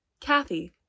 Kathy